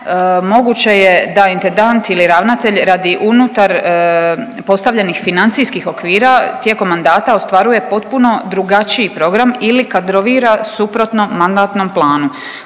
moguće je da intendant ili ravnatelj radi unutar postavljenih financijskih okvira tijekom mandata ostvaruje potpuno drugačiji program ili kadrovira suprotno mandatnom planu.